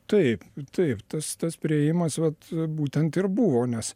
taip taip tas tas priėjimas vat būtent ir buvo nes